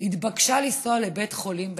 התבקשה לנסוע לבית החולים בנצרת.